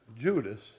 Judas